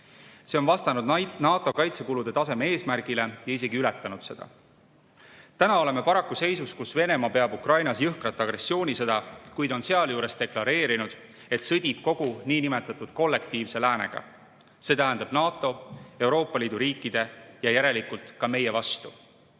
See on vastanud NATO kaitsekulude taseme eesmärgile ja isegi ületanud seda. Täna oleme paraku seisus, kus Venemaa peab Ukrainas jõhkrat agressioonisõda, kuid on sealjuures deklareerinud, et sõdib kogu niinimetatud kollektiivse läänega, see tähendab NATO, Euroopa Liidu riikide ja järelikult ka meie vastu.